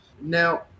Now